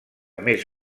més